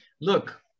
Look